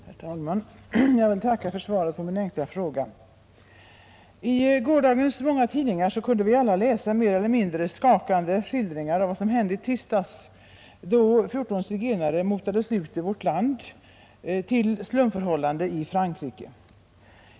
Herr talman! Jag vill tacka för svaret på min enkla fråga. I gårdagens många tidningar kunde vi alla läsa mer eller mindre skakande skildringar om vad som hände i tisdags då 14 zigenare motades ut ur vårt land till slumförhållanden i Frankrike.